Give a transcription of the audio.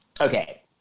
Okay